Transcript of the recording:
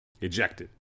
ejected